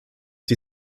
die